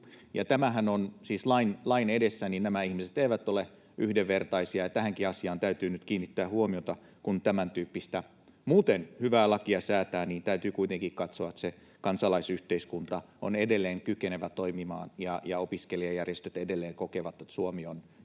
Tässähän siis lain edessä nämä ihmiset eivät ole yhdenvertaisia, ja tähänkin asiaan täytyy nyt kiinnittää huomiota. Kun tämän tyyppistä, muuten hyvää lakia säätää, täytyy kuitenkin katsoa, että kansalaisyhteiskunta on edelleen kykenevä toimimaan ja opiskelijajärjestöt edelleen kokevat, että Suomi on järjestöjen